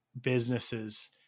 businesses